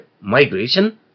migration